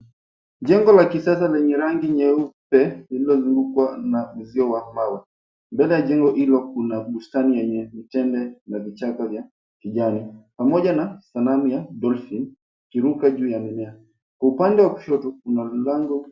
Jengo la kisasa lenye rangi nyeupe lililozungukwa na uzio wa mawe. Mbele ya jengo hilo kuna bustani lenye mitende na vichaka vya kijani pamoja na sanamu ya dolphin ikiruka juu ya mimea. Upande wa kushoto kuna lango...